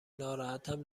ناراحتم